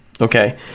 Okay